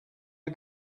are